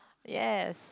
yes